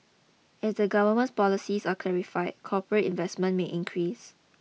as the government's policies are clarified corporate investment may increase